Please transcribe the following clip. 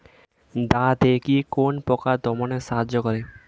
দাদেকি কোন পোকা দমনে সাহায্য করে?